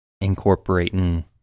incorporating